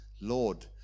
lord